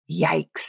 Yikes